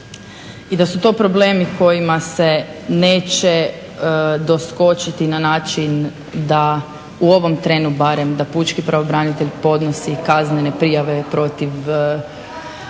I da su to problemi kojima se neće doskočiti na način da u ovom trenu barem, da pučki pravobranitelj podnosi kaznene prijave protiv